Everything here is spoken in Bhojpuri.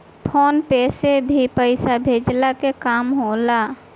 फ़ोन पे से भी पईसा भेजला के काम होला